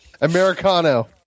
Americano